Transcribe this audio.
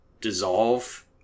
dissolve